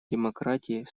демократии